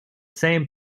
same